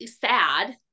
sad